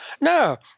No